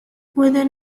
within